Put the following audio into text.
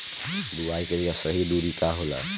बुआई के सही दूरी का होला?